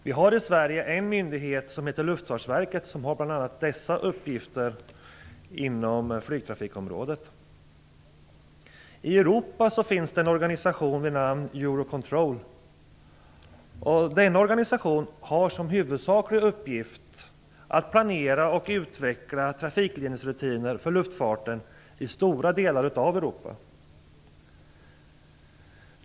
Vi har i Sverige en myndighet som heter Luftfartsverket, som har bl.a. dessa uppgifter inom flygtrafikområdet. I Europa finns det en organisation vid namn Eurocontrol. Denna organisation har som huvudsaklig uppgift att planera och utveckla trafikledningsrutiner för luftfarten i stora delar av Europa.